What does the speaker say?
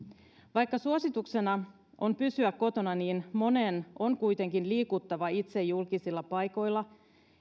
vaikka suosituksena on pysyä kotona niin monen on kuitenkin liikuttava itse julkisilla paikoilla